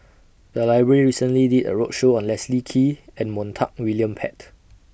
The Library recently did A roadshow on Leslie Kee and Montague William Pett